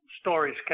stories